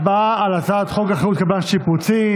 הצבעה על הצעת חוק אחריות קבלן שיפוצים,